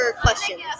questions